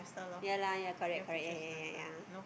ya lah correct correct ya ya ya ya